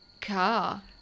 car